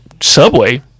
Subway